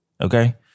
Okay